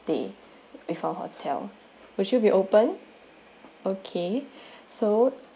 stay with our hotel would you be open okay so